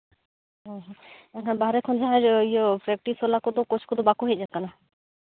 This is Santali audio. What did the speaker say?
ᱚᱸᱻ ᱵᱟᱦᱨᱮ ᱠᱷᱟᱱ ᱦᱟᱸᱜ ᱤᱭᱟᱹ ᱯᱮᱠᱴᱤᱥ ᱵᱟᱞᱟ ᱠᱚᱫᱚ ᱠᱳᱪ ᱠᱚᱫᱚ ᱵᱟᱠᱚ ᱦᱮᱡ ᱟᱠᱟᱱᱟ